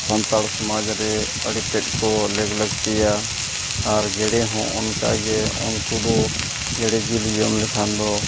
ᱥᱟᱱᱛᱟᱲ ᱥᱚᱢᱟᱡᱽ ᱨᱮ ᱟᱹᱰᱤᱛᱮᱫ ᱠᱚ ᱞᱮᱜᱽ ᱞᱟᱹᱠᱛᱤᱭᱟ ᱟᱨ ᱜᱮᱰᱮᱦᱚᱸ ᱚᱱᱟᱜᱮ ᱩᱱᱠᱩ ᱫᱚ ᱜᱮᱰᱮ ᱡᱤᱞ ᱡᱚᱢ ᱞᱮᱠᱷᱟᱱ ᱫᱚ